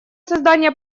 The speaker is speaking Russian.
создание